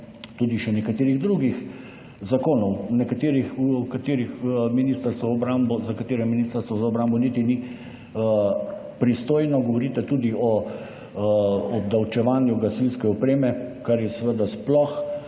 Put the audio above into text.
tudi še nekaterih drugih zakonov, nekaterih, za katere Ministrstvo za obrambo niti ni pristojno. Govorite tudi o obdavčevanju gasilske opreme, kar je seveda sploh